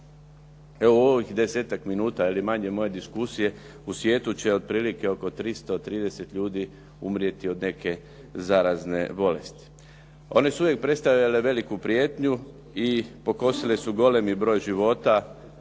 Evo u ovih 10-ak minuta ili manje moje diskusije u svijetu će otprilike oko 330 ljudi umrijeti od neke zarazne bolesti. One su uvijek predstavljale veliku prijetnju i pokosile su golemi broj života.